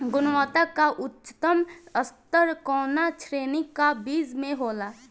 गुणवत्ता क उच्चतम स्तर कउना श्रेणी क बीज मे होला?